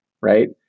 right